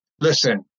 listen